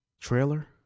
trailer